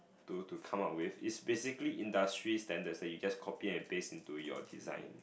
to to come out with is basically industry's standards that you just copy and paste into your design